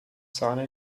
sahne